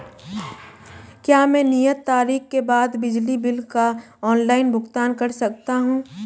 क्या मैं नियत तारीख के बाद बिजली बिल का ऑनलाइन भुगतान कर सकता हूं?